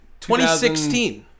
2016